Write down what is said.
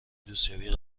دوستیابی